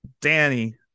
Danny